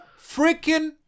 freaking